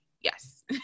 yes